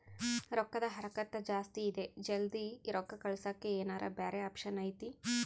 ರೊಕ್ಕದ ಹರಕತ್ತ ಜಾಸ್ತಿ ಇದೆ ಜಲ್ದಿ ರೊಕ್ಕ ಕಳಸಕ್ಕೆ ಏನಾರ ಬ್ಯಾರೆ ಆಪ್ಷನ್ ಐತಿ?